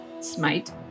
Smite